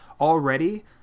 already